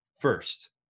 First